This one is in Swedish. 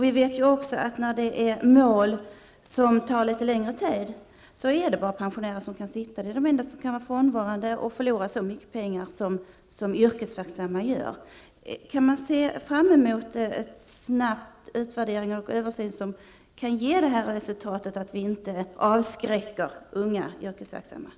Vi vet också att när det är fråga om mål som tar längre tid, är det bara pensionärer som har möjlighet att sitta som nämndemän. Pensionärer är de enda som kan medverka utan att förlora så mycket pengar som yrkesverksamma gör. Kan man se fram emot en snabb utvärdering och översyn, som kan bidra till att inte yngre yrkesverksamma personer avskräcks?